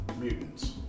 mutants